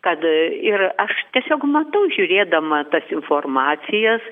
kad ir aš tiesiog matau žiūrėdama tas informacijas